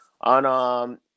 on